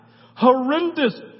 horrendous